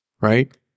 right